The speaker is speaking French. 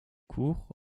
court